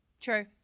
True